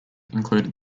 included